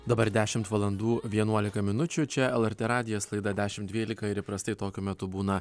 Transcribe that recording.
dabar dešimt valandų vienuolika minučių čia lrt radijas laida dešimt dvylika ir įprastai tokiu metu būna